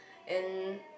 and